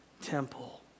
temple